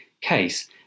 case